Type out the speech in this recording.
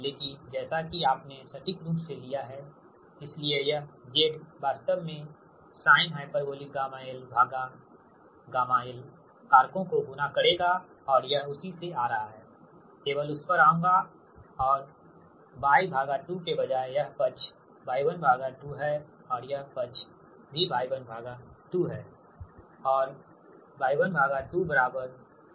लेकिन जैसा कि आपने सटीक रूप से लिया है इसलिए यह Z वास्तव में sinh γ lγ lकारकों को गुणा करेगा और यह उसी से आ रहा है केवल उस पर आऊंगा और Y2के बजाय यह पक्ष Y12हैयह पक्ष भी Y12 है